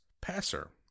passer